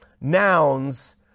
nouns